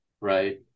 right